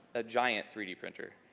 a giant three d printer.